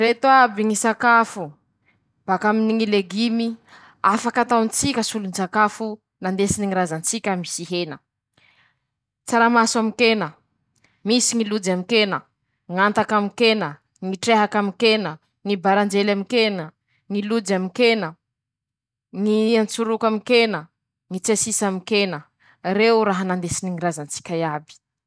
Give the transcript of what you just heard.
Fomba hañamboarako tsindrin-tsakafo a mahasalama ro sady tsy mampiova ñy tsirony ñy fampiasako voankazo aminy ñy raha mamy, manahaky anizay koa ñy fañovako ñy jabo jaboeko miavaky ro sady tsy mampihena ñy raha.